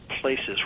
places